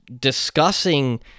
discussing